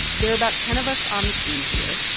there are about ten of us on the team here.